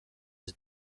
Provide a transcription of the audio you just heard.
his